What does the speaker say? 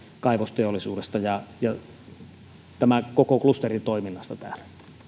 kaivosteollisuudesta ja ja tämän koko klusterin toiminnasta täällä